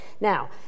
Now